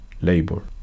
labor